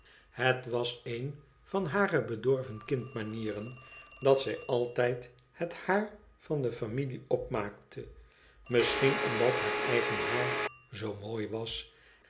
het was een van hare bedorven kmd manieren dat zij altijd het haar van de familie opmaakte misschien omdat haar eigen haar zoo mooi was